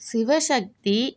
சிவ சக்தி